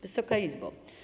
Wysoka Izbo!